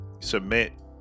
submit